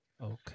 Okay